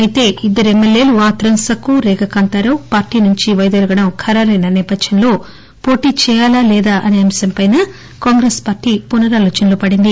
అయితే ఇద్దరు ఎమ్మెల్యేలు ఆత్రం సక్కు రేగ కాంతరావు పార్టీ నుంచి వైదొలగడం ఖరారైన నేపథ్యంలో పోటీ చేయాలా లేదా అనే అంశంపై కాంగ్రెస్ పార్టీ పునరాలోచనలో పడింది